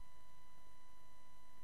הגנה